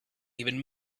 even